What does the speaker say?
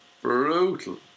brutal